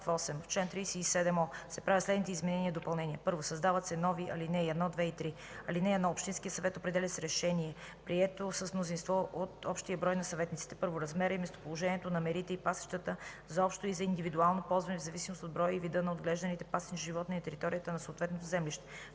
В чл. 37о се правят следните изменения и допълнения: 1. Създават се нови ал. 1, 2 и 3: „(1) Общинският съвет определя с решение, прието с мнозинство от общия брой на съветниците: 1. размера и местоположението на мерите и пасищата за общо и за индивидуално ползване в зависимост от броя и вида на отглежданите пасищни животни на територията на съответното землище;